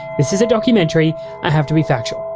this is a documentary i have to be factual.